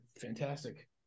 Fantastic